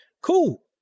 cool